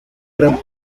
gran